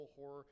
horror